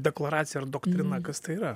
deklaracija ar doktrina kas tai yra